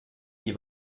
die